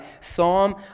Psalm